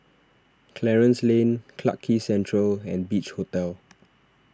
Clarence Lane Clarke Quay Central and Beach Hotel